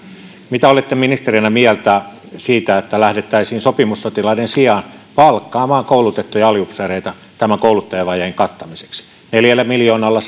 mitä olette ministerinä mieltä siitä että lähdettäisiin sopimussotilaiden sijaan palkkaamaan koulutettuja aliupseereita tämän kouluttajavajeen kattamiseksi neljällä miljoonalla